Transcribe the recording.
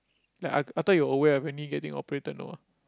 like I thought you were aware of your knee getting operated no ah